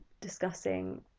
discussing